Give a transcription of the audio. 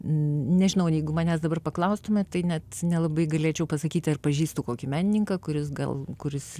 nežinau jeigu manęs dabar paklaustumėt tai net nelabai galėčiau pasakyti ar pažįstu kokį menininką kuris gal kuris